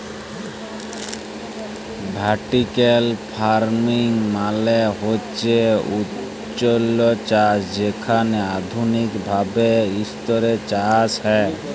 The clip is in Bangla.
ভার্টিক্যাল ফারমিং মালে হছে উঁচুল্লে চাষ যেখালে আধুলিক ভাবে ইসতরে চাষ হ্যয়